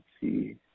see